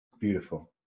beautiful